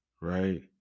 right